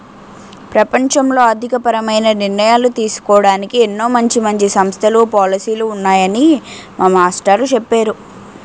ప్రపంచంలో ఆర్థికపరమైన నిర్ణయాలు తీసుకోడానికి ఎన్నో మంచి మంచి సంస్థలు, పాలసీలు ఉన్నాయని మా మాస్టారు చెప్పేరు